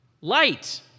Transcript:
Light